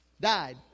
died